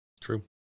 True